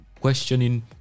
questioning